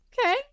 Okay